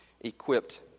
equipped